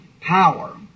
power